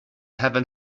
heaven